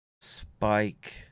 spike